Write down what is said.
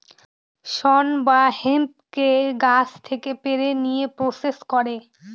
শন বা হেম্পকে গাছ থেকে পেড়ে নিয়ে প্রসেস করে